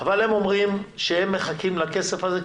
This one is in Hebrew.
אבל הם אומרים שהם מחכים לכסף הזה,